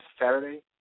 Saturday